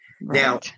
Now